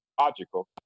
logical